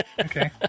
Okay